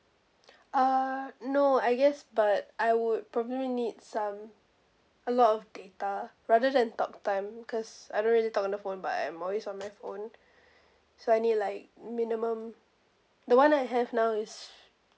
uh no I guess but I would probably need some a lot of data rather than talk time cause I don't really talk on the phone but I'm always on my phone so I need like minimum the one I have now is